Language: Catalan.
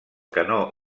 canó